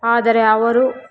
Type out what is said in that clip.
ಆದರೆ ಅವರು